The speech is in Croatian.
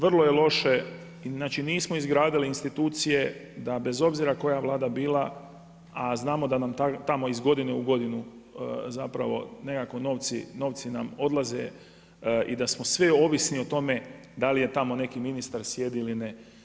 Vrlo je loše, znači nismo izgradili institucije da bez obzira koja vlada bila, a znamo da nam tamo iz godine u godinu zapravo nekako novci nam odlaze i da smo svi ovisni o tome da li tamo neki ministar sjedi ili ne.